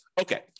Okay